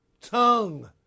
tongue